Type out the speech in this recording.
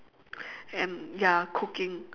and ya cooking